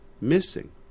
missing